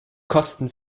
kosten